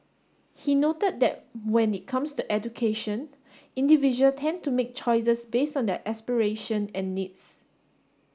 he noted that when it comes to education individual tend to make choices based on their aspirations and needs